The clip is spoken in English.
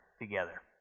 together